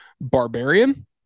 barbarian